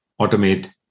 automate